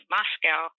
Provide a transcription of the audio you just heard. Moscow